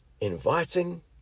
Inviting